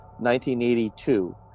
1982